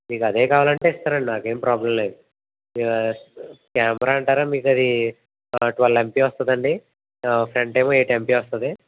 మీకు అదే కావాలంటే ఇస్తానండి నాకేం ప్రాబ్లమ్ లేదు క్యామరా అంటారా మీకదీ ట్వల్ ఎమ్పి వస్తుందండి ఫ్రంట్ ఏమో ఎయిట్ ఎమ్పి వస్తుంది